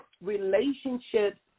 relationships